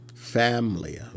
family